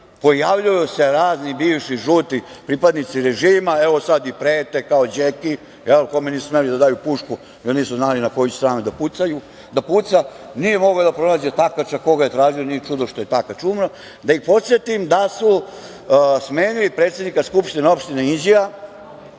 pojavljuju se razni bivši žuti pripadnici režima, evo sada i prete, kao Đeki, kome nisu smeli da daju pušku, jer nisu znali na koju će stranu da puca, nije mogao da pronađe Takača koga je tražio. Nije čudo što je Takač umro. Da ih podsetim da su smenili predsednika skupštine opštine Inđija,